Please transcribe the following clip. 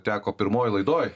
teko pirmoj laidoj